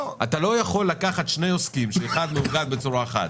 אתה לא יכול לקחת שני עוסקים שאחד מאוגד בצורה אחת